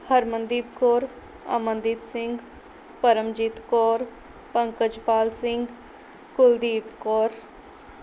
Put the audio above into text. Harmandeep Kaur Amandeep Singh Paramjit Kaur Pankajpal Singh Kuldeep Kaur